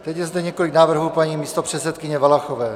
Teď je zde několik návrhů paní místopředsedkyně Valachové.